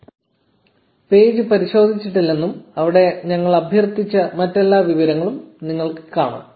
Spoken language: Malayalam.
1412 1415 പേജ് പരിശോധിച്ചിട്ടില്ലെന്നും അവിടെ ഞങ്ങൾ അഭ്യർത്ഥിച്ച മറ്റെല്ലാ വിവരങ്ങളും നിങ്ങൾക്ക് കാണാം